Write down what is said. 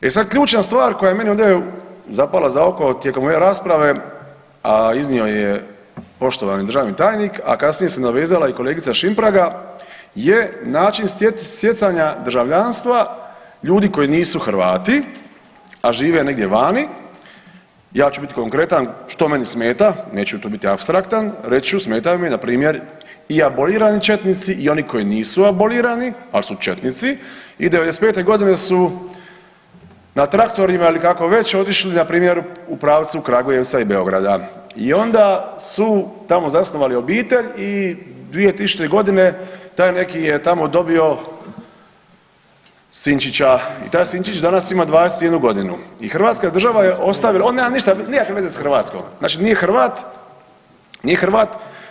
E sad ključna stvar koja je meni ovdje zapala za oko tijekom ove rasprave, a iznio je poštovani državni tajnik, a kasnije se nadovezala i kolegica Šimpraga je način stjecanja državljanstva ljudi koji nisu Hrvati, a žive negdje vani, ja ću biti konkretan što meni smeta, neću tu biti apstraktan reći ću smeta mi npr. i abolirani četnici i oni koji nisu abolirani, al su četnici i '95.g. su na traktorima ili kako već otišli npr. u pravcu Kragujevca i Beograda i onda su tamo zasnovali obitelj i 2000.g. taj neki je tamo dobio sinčića i taj sinčić danas ima 21.g. i hrvatska država je ostavila, on nema ništa, nikakve veze s Hrvatskom, znači nije Hrvat, nije Hrvat.